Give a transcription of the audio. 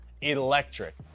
electric